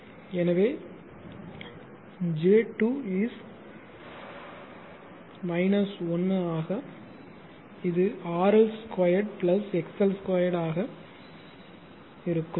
எனவே j 2 is 1 ஆக இது RL 2 XL 2 ஆக இருக்கும்